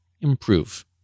improve